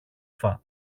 φώναξε